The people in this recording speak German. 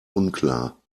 unklar